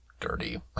dirty